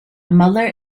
mother